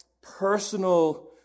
personal